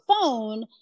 phone